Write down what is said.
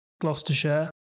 Gloucestershire